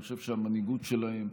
אני חושב שהמנהיגות שלהם,